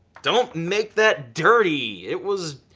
don't make that dirty. it was,